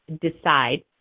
decide